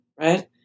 right